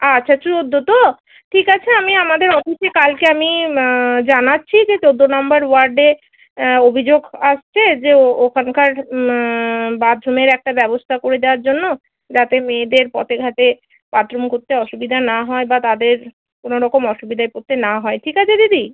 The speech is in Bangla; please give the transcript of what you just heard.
আচ্ছা চৌদ্দ তো ঠিক আছে আমি আমাদের অফিসে কালকে আমি জানাচ্ছি যে চৌদ্দ নম্বর ওয়ার্ডে অভিযোগ আসছে যে ও ওখানকার বাথরুমের একটা ব্যবস্থা করে দেওয়ার জন্য যাতে মেয়েদের পথে ঘাটে বাথরুম করতে অসুবিধা না হয় বা তাদের কোনো রকম অসুবিধায় পরতে না হয় ঠিক আছে দিদি